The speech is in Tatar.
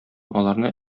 аларны